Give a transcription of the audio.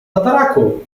tataraku